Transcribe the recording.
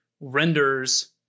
renders